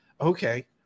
okay